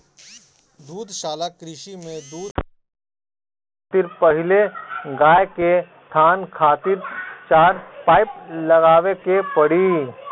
दुग्धशाला कृषि में दूध बनावे खातिर पहिले गाय के थान खातिर चार पाइप लगावे के पड़ी